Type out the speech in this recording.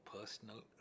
personal